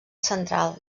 central